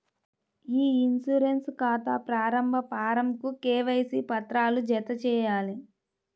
ఇ insurance ఖాతా ప్రారంభ ఫారమ్కు కేవైసీ పత్రాలను జతచేయాలి